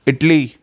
Italy